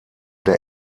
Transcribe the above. der